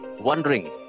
wondering